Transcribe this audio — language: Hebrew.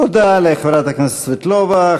תודה לחברת הכנסת סבטלובה.